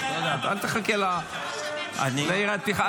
אל תחכה ליריית פתיחה.